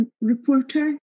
reporter